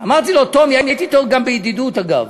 אמרתי לו: טומי, הייתי אתו גם בידידות, אגב,